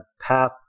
path